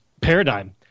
paradigm